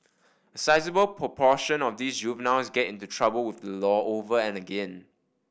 a sizeable proportion of these juveniles get into trouble with the law over and again